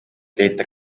leta